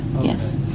yes